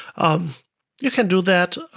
um you can do that.